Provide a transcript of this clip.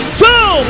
two